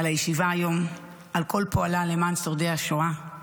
על הישיבה היום, ועל כל פועלה למען שורדי השואה.